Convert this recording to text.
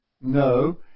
No